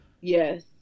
Yes